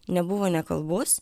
nebuvo nekalbus